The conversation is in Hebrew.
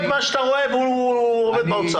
דבריי.